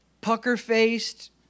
pucker-faced